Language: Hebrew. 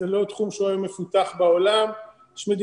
זה לא תחום שהוא היום מפותח בעולם.